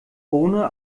ohne